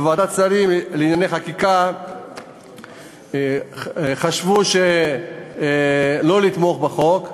בוועדת השרים לענייני חקיקה חשבו שלא לתמוך בחוק,